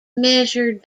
measured